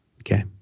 Okay